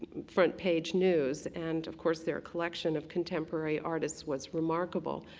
front page news and of course their collection of contemporary artists was remarkable.